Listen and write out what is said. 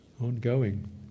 ongoing